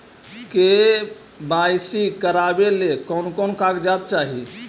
KYC करावे ले कोन कोन कागजात चाही?